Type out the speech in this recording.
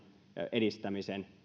edistämisen